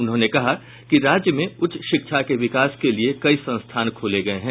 उन्होंने कहा कि राज्य में उच्च शिक्षा के विकास के लिये कई संस्थान खोले गये हैं